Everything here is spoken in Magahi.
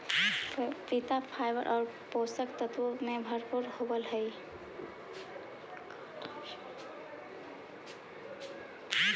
पपीता फाइबर और पोषक तत्वों से भरपूर होवअ हई